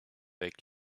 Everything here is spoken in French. avec